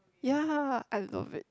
ya I love it